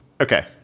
Okay